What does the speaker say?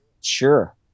Sure